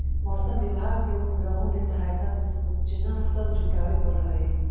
मौसम विभाग के उपग्रहों के सहायता से सूचना सब जुटाबे पड़ हई